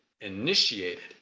initiated